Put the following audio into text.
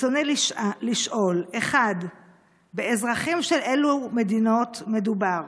ברצוני לשאול: 1. באזרחים של אילו מדינות מדובר?